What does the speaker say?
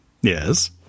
Yes